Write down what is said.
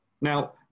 now